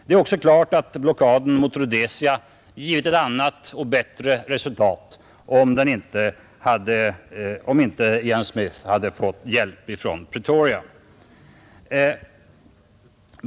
Det är också klart att blockaden mot Rhodesia givit ett annat och bättre resultat om inte Ian Smith hade fått hjälp från Pretoria.